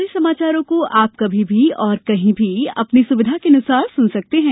हमारे समाचारों को अब आप कभी भी और कहीं भी अपनी सुविधा के अनुसार सुन सकते हैं